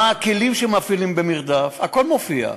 מה הכלים שמאפיינים במרדף, הכול מופיע.